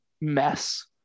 mess